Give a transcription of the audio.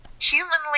humanly